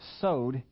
sowed